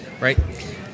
Right